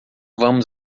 vamos